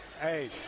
hey